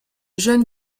jeune